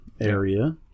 area